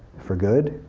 for good,